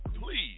Please